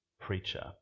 preacher